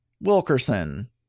Wilkerson